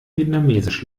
vietnamesisch